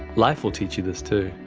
life will teach you this too.